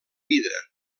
vida